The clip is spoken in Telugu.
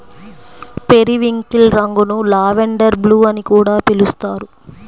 పెరివింకిల్ రంగును లావెండర్ బ్లూ అని కూడా పిలుస్తారు